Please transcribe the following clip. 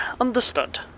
Understood